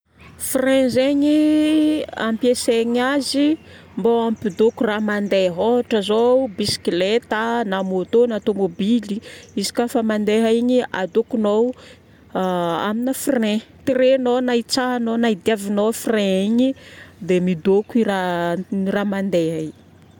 Frein zegny, ampiasaigna azy mba hampidoko raha mandeha. Ôhatra zao bisikileta na môtô na tômôbily izy ka fa mandeha igny adokonao amina frein. Tiregnao na hitsahignao na idiavignao dia midoko i raha mandeha igny.